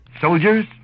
Soldiers